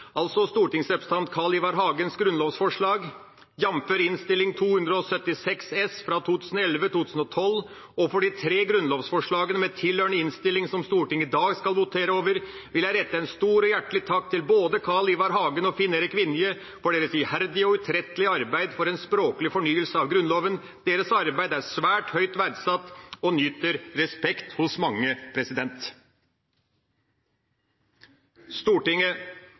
altså stortingsrepresentant Carl Ivar Hagens grunnlovsforslag – jf. Innst. 276 S for 2011–2012 og for de tre grunnlovsforslagene med tilhørende innstilling, som Stortinget i dag skal votere over, vil jeg rette en stor og hjertelig takk til både Carl Ivar Hagen og Finn-Erik Vinje for deres iherdige og utrettelige arbeid for en språklig fornyelse av Grunnloven. Deres arbeid er svært høyt verdsatt og nyter respekt hos mange. Stortinget